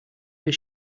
your